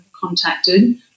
contacted